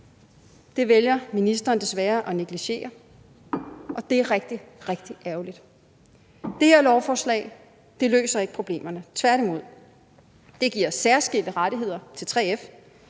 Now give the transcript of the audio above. Det vælger ministeren desværre at negligere, og det er rigtig, rigtig ærgerligt. Det her lovforslag løser ikke problemerne, tværtimod. Det giver særskilte rettigheder til 3F;